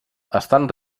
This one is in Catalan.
estan